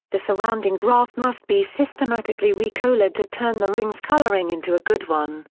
the surrounding graph must be systematically recolored to turn the ring's coloring into a good one,